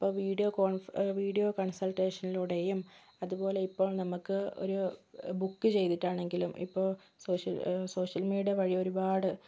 ഇപ്പം വീഡിയോ കോൺ വീഡിയോ കൺസൽറ്റേഷനിലൂടെയും അതുപോലെ ഇപ്പം നമുക്ക് ഒരു ബുക്ക് ചെയ്തിട്ടാണെങ്കിലും ഇപ്പോൾ സോഷ്യൽ സോഷ്യൽ മീഡിയ വഴി ഒരുപാട്